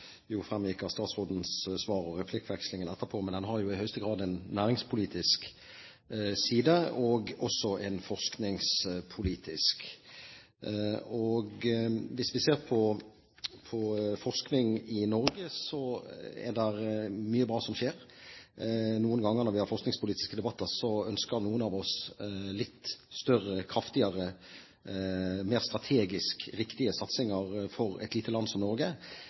jo framgikk av statsrådens svar og replikkvekslingen etterpå. Men den har i høyeste grad også en næringspolitisk og en forskningspolitisk side. Hvis vi ser på forskningen i Norge, er det mye bra som skjer. Noen ganger når vi har forskningspolitiske debatter, ønsker noen av oss litt kraftigere, mer strategisk riktige satsinger for et lite land som Norge.